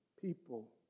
people